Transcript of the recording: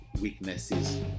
weaknesses